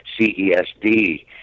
CESD